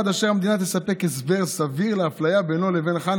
עד שלוש דקות לרשותך, בבקשה.